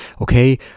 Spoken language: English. Okay